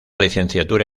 licenciatura